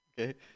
Okay